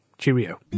Cheerio